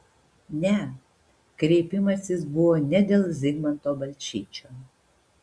ne kreipimasis buvo ne dėl zigmanto balčyčio